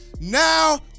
now